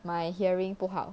my hearing 不好